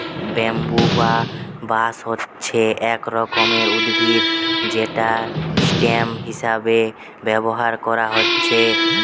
bamboo বা বাঁশ হচ্ছে এক রকমের উদ্ভিদ যেটা স্টেম হিসাবে ব্যাভার কোরা হচ্ছে